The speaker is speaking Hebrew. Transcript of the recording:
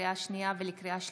לקריאה שנייה ולקריאה שלישית,